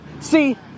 See